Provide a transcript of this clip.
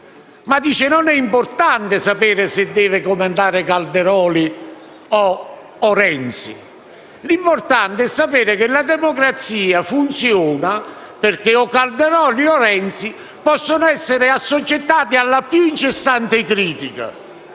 sosteneva che non è importante sapere se deve comandare Calderoli o Renzi. L'importante è sapere che la democrazia funziona perché Calderoli o Renzi possono essere assoggettati alla più incessante critica,